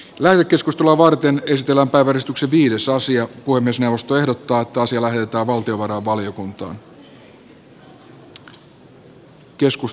läänikeskustelua varten ristillä porrastuksen villisoosia ui myös jaosto ehdottaa arvoisa herra puhemies